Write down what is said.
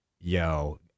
yo-